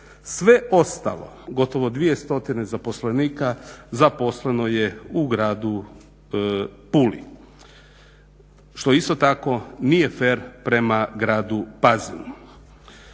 Sve ostalo gotovo 200 zaposlenika zaposleno je u gradu Puli što isto tako nije fer prema gradu Pazinu.